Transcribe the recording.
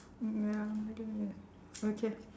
mm ya I get it okay